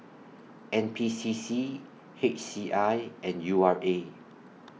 N P C C H C I and U R A